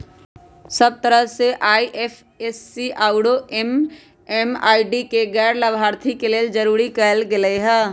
सब तरह से आई.एफ.एस.सी आउरो एम.एम.आई.डी के गैर लाभार्थी के लेल जरूरी कएल गेलई ह